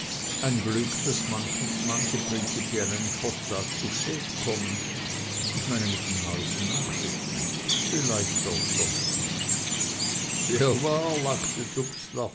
ein glück daß manche prinzipiell einen posttag zu spät kommen ich meine mit den neuesten nachrichten vielleicht auch sonst noch sehr wahr lachte